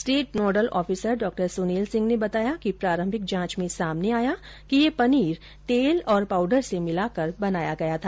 state nodal officer डॉ सुनील सिंह ने बताया कि प्रारम्भिक जांच में सामने आया कि यह पनीर तेल और पाउडर से मिलाकर बनाया गया था